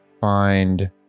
find